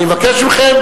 אני מבקש מכם,